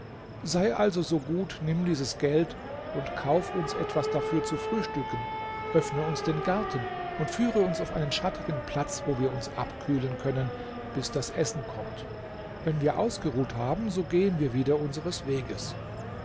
sei also so gut nimm dieses geld und kauf uns etwas dafür zu frühstücken öffne uns den garten und führe uns auf einen schattigen platz wo wir uns abkühlen können bis das essen kommt wenn wir ausgeruht haben so gehen wir wieder unseres weges